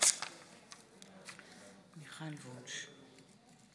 מיכל וונש,